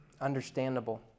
understandable